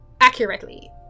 accurately